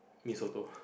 mee soto